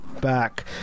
back